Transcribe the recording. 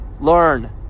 Learn